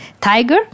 tiger